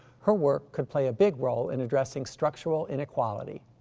her work could play a big role in addressing structural inequality.